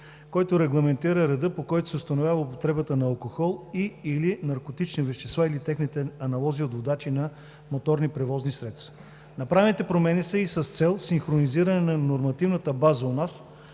който регламентира реда, по който се установява употребата на алкохол и/или наркотични вещества или техните аналози от водачи на моторни превозни средства. Направените промени са с цел синхронизиране на нормативната база у нас